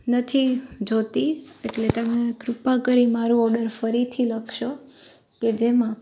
નથી જોઈતી એટલે તમે કૃપા કરી મારો ઓડર ફરીથી લખશો કે જેમાં